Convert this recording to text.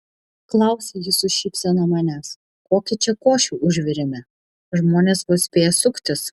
klausia ji su šypsena manęs kokią čia košę užvirėme žmonės vos spėja suktis